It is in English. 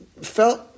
felt